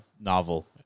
novel